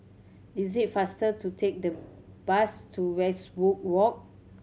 is it faster to take the bus to Westwood Walk